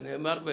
זה נאמר.